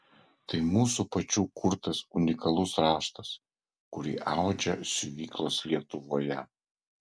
tai mūsų pačių kurtas unikalus raštas kurį audžia siuvyklos lietuvoje